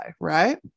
right